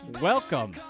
welcome